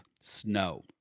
snow